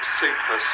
super